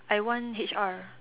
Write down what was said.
I want H_R